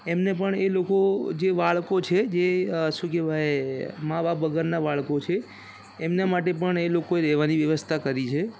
એમને પણ એ લોકો જે બાળકો છે જે શું કહેવાય મા બાપ વગરના બાળકો છે એમના માટે પણ એ લોકોએ રહેવાની વ્યવસ્થા કરી છે